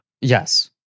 Yes